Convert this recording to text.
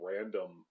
random –